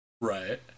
Right